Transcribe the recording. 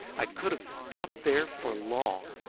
i could have stopped there for long,